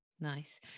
Nice